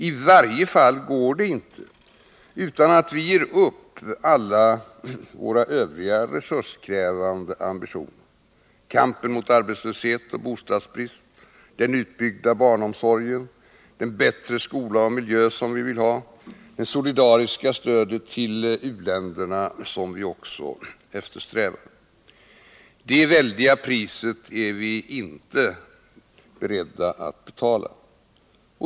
I varje fall går det inte utan att vi ger upp alla våra övriga resurskrävande ambitioner — kampen mot arbetslöshet och bostadsbrist, den utbyggda barnomsorgen, den förbättrade skola och miljö som vi vill ha och det solidariska stödet till u-länderna som vi eftersträvar. Det väldiga priset är vi inte beredda att betala.